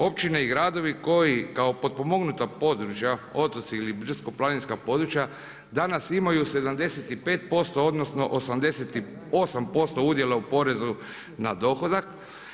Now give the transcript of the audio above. Općine i gradovi koji kao potpomognuta područja, otoci ili brdsko-planinska područja danas imaju 75% odnosno 88% udjela u porezu na dohodak.